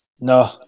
No